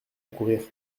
accourir